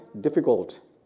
difficult